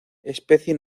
especie